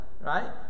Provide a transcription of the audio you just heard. Right